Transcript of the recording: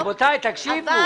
אבל